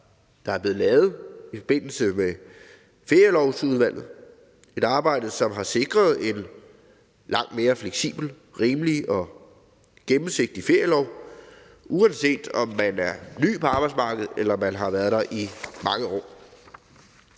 der er blevet lavet i forbindelse med ferielovudvalget, et arbejde, som har sikret en langt mere fleksibel, rimelig og gennemsigtig ferielov, uanset om man er ny på arbejdsmarkedet, eller om man har været der i mange år.